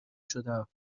شدم